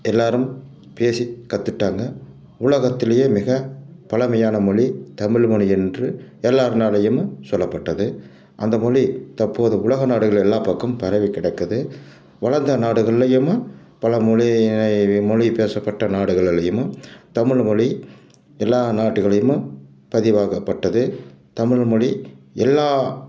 எல்லோரும் பேசி கற்றுட்டாங்க உலகத்திலியே மிக பழமையான மொழி தமிழ்மொழி என்று எல்லோர்னாலயும் சொல்லப்பட்டது அந்த மொழி தற்போது உலக நாடுகள் எல்லா பக்கமும் பரவி கிடக்குது வளர்ந்த நாடுகள்ளையும் பல மொழி மொழி பேசப்பட்ட நாடுகள்ளைலையும் தமிழ்மொழி எல்லா நாட்டுகள்லையும் பதிவாக்கப்பட்டது தமிழ்மொழி எல்லா